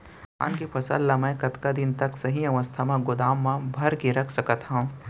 धान के फसल ला मै कतका दिन तक सही अवस्था में गोदाम मा भर के रख सकत हव?